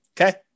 Okay